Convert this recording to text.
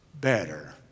better